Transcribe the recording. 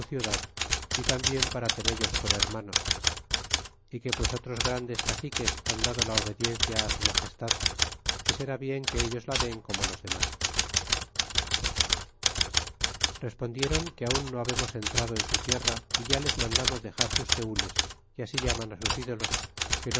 y tambien para tenellos por hermanos é que pues otros grandes caciques han dado la obediencia á su magestad que será bien que ellos la den como los demás e respondieron que aun no habemos entrado en su tierra e ya les mandamos dexar sus tenles que así llaman a sus ídolos